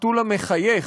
החתול המחייך,